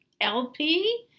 LP